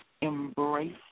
Embrace